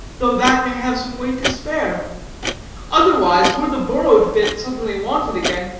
though that may have some weight to spare otherwise, were the borrowed bit suddenly wanted again,